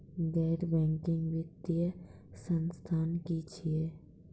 गैर बैंकिंग वित्तीय संस्था की छियै?